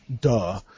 duh